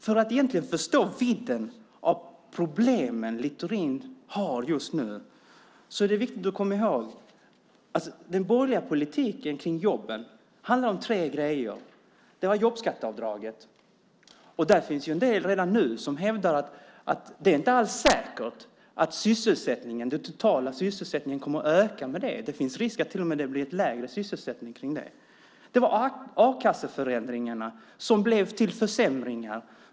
För att förstå vidden av problemen som Littorin har just nu är det viktigt att komma ihåg att den borgerliga politiken kring jobben handlar om tre saker. En var jobbskatteavdraget. Det finns ju en del som redan nu hävdar att det inte alls är säkert att jobbskatteavdraget kommer att öka den totala sysselsättningen. Det finns risk för att det till och med blir en lägre sysselsättning. En annan var a-kasseförändringarna som blev till försämringar.